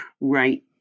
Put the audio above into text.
right